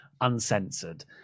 uncensored